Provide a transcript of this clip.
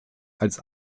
als